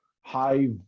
high